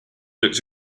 looked